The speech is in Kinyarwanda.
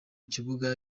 kibuga